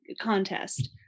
contest